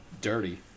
dirty